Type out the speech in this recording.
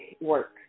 work